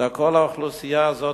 זה הכול האוכלוסייה הזאת,